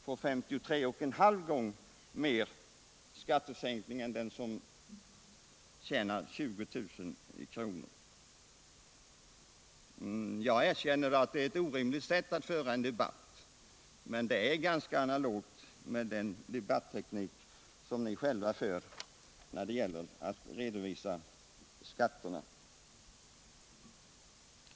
får 53,5 gånger större skattesänkning än den som tjänar 20 000 kr. Jag erkänner att detta är ett orimligt sätt att föra en debatt, men det är ganska analogt med den debatteknik som ni själva använder när det gäller att redovisa skatterna.